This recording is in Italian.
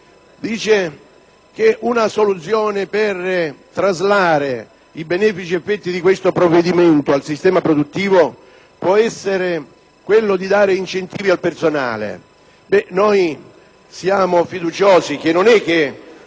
che una soluzione per traslare i benefici effetti di questo provvedimento al sistema produttivo può essere quella di dare incentivi al personale. Ebbene, noi siamo convinti che